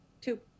Two